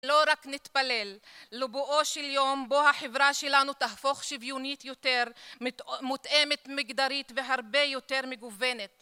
לא רק נתפלל, לבואו של יום, בו החברה שלנו תהפוך שוויונית יותר, מותאמת מגדרית והרבה יותר מגוונת.